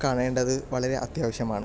കാണേണ്ടത് വളരെ അത്യാവശ്യമാണ്